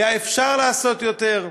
היה אפשר לעשות יותר,